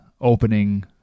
opening